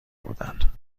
بودند